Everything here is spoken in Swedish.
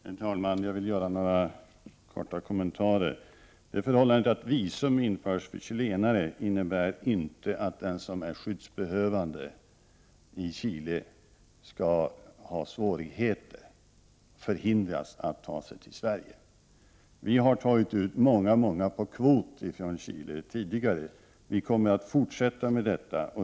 Herr talman! Jag vill göra några korta kommentarer. Det förhållandet att visum införs för chilenare innebär inte att den som är skyddsbehövande i Chile skall ha svårigheter eller förhindras att ta sig till Sverige. Vi har tidigare tagit ut många, många på kvot från Chile. Vi kommer att fortsätta med det.